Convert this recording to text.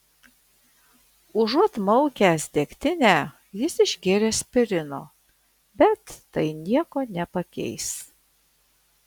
užuot maukęs degtinę jis išgėrė aspirino bet tai nieko nepakeis